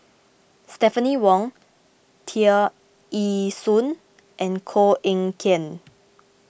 Stephanie Wong Tear Ee Soon and Koh Eng Kian